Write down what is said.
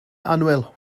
annwyl